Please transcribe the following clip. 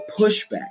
pushback